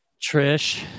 Trish